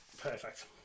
Perfect